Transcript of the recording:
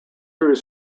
through